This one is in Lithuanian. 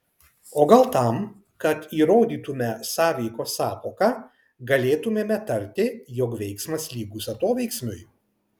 o gal tam kad įrodytume sąveikos sąvoką galėtumėme tarti jog veiksmas lygus atoveiksmiui